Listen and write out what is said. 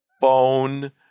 Phone